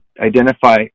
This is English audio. identify